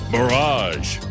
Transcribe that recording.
Mirage